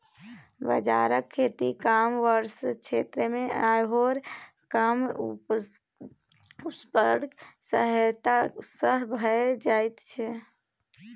बाजराक खेती कम वर्षाक क्षेत्रमे आओर कम उर्वरकक सहायता सँ भए जाइत छै